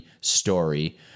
story